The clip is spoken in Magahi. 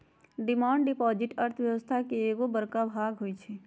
डिमांड डिपॉजिट अर्थव्यवस्था के एगो बड़का भाग होई छै